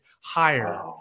higher